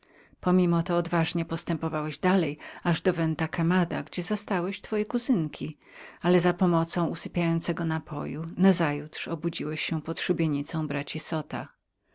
pomimo to odważnie postępowałeś dalej aż do venty quemady gdzie zastałeś twoje kuzynki ale za pomocą usypiającego napoju nazajutrz obudziłeś się pod szubienicą braci zota